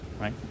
right